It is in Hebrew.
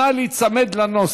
נא להיצמד לנוסח.